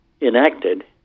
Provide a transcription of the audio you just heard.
enacted